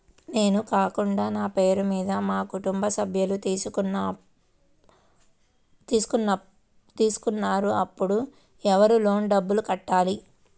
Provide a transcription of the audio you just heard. నేను కాకుండా నా పేరు మీద మా కుటుంబ సభ్యులు తీసుకున్నారు అప్పుడు ఎవరు లోన్ డబ్బులు కట్టాలి?